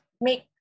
make